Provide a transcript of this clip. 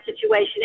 situation